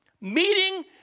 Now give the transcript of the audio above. Meeting